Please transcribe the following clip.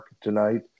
tonight